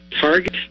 target